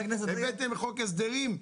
הבאתם חוק הסדרים,